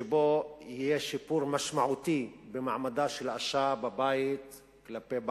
שבו יהיה שיפור משמעותי במעמדה של האשה בבית כלפי בעלה,